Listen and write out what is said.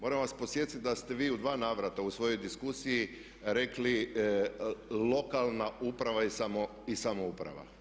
Moram vas podsjetiti da ste vi u dva navrata u svojoj diskusiji rekli lokalna uprava i samouprava.